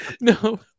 no